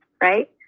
right